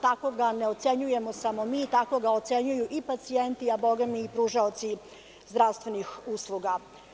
Tako ga ne ocenjujemo samo mi, tako ga ocenjuju i pacijenti, a boga mi i pružaoci zdravstvenih usluga.